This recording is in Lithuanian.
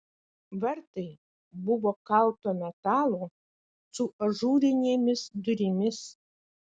vartai buvo kalto metalo su ažūrinėmis durimis